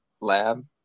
lab